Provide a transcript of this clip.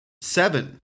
seven